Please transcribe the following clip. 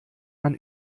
man